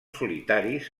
solitaris